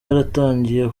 yaratangiye